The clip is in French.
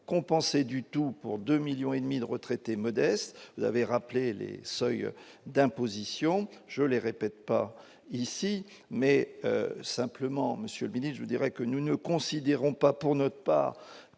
compensée du tout pour 2 millions et demi de retraités modestes, vous avez rappelé les seuils d'imposition je les répète pas ici mais simplement Monsieur Bean et je dirais que nous ne considérons pas pour notre part